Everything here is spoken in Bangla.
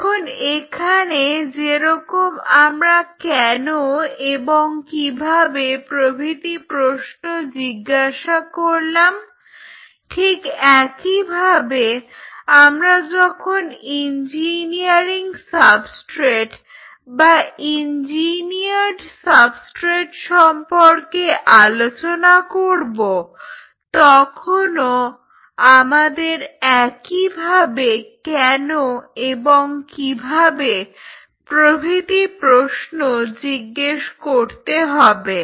এখন এখানে যেরকম আমরা কেন এবং কীভাবে প্রভৃতি প্রশ্ন জিজ্ঞাসা করলাম ঠিক একইভাবে আমরা যখন ইঞ্জিনিয়ারিং সাবস্ট্রেট বা ইঞ্জিনিয়ারড সাবস্ট্রেট সম্পর্কে আলোচনা করব তখনও আমাদের একইভাবে কেন এবং কিভাবে প্রভৃতি প্রশ্ন জিজ্ঞেস করতে হবে